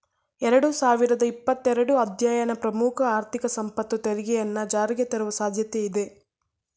ಎರಡು ಸಾವಿರದ ಇಪ್ಪತ್ತ ಎರಡು ಅಧ್ಯಯನ ಪ್ರಮುಖ ಆರ್ಥಿಕ ಸಂಪತ್ತು ತೆರಿಗೆಯನ್ನ ಜಾರಿಗೆತರುವ ಸಾಧ್ಯತೆ ಇದೆ